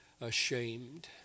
ashamed